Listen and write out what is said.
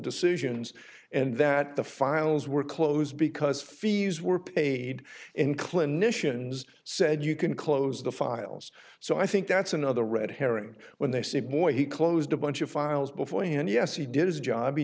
decisions and that the files were closed because fees were paid in clinicians said you can close the files so i think that's another red herring when they say boy he closed a bunch of files beforehand yes he did his job